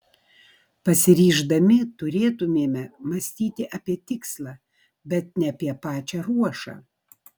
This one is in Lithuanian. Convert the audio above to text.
pasiryždami turėtumėme mąstyti apie tikslą bet ne apie pačią ruošą